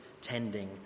tending